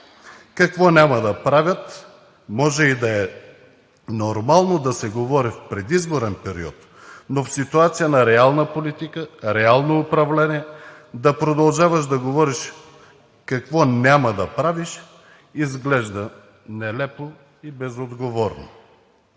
какво няма да правят. Може и да е нормално да се говори в предизборен период, но в ситуация на реална политика, реално управление да продължаваш да говориш какво няма да правиш изглежда нелепо и безотговорно.